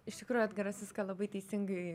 iš tikrųjų edgaras viską labai teisingai